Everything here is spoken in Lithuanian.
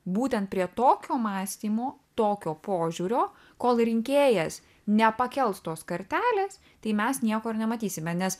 būtent prie tokio mąstymo tokio požiūrio kol rinkėjas nepakels tos kartelės tai mes nieko ir nematysime nes